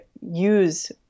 use